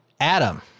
Adam